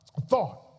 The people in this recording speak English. thought